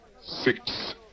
six